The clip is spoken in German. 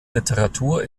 literatur